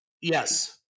yes